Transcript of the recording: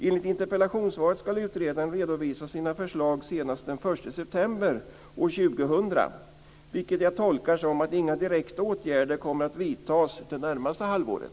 Enligt interpellationssvaret ska utredaren redovisa sina förslag senast den 1 september år 2000, vilket jag tolkar som att inga direkta åtgärder kommer att vidtas det närmaste halvåret.